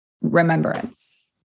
remembrance